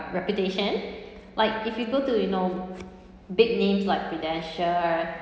reputation like if you go to you know big names like prudential